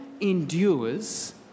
endures